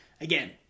again